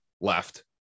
left